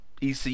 EC